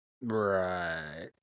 Right